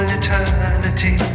eternity